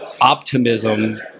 optimism